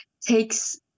takes